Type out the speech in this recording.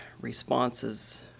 responses